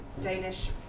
Danish